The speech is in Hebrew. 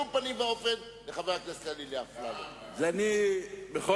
אני מציע